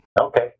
Okay